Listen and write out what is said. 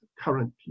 current